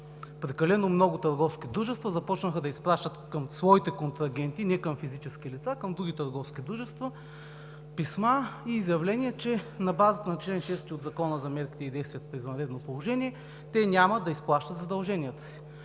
Прекалено много търговски дружества започнаха да изпращат към своите контрагенти – не към физически лица, към другите търговски дружества, писма и заявления, че на базата на чл. 6 от Закона за мерките и действията при извънредно положение, те няма да изплащат задълженията,